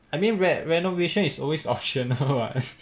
I mean re~ renovation is always optional [what]